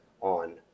on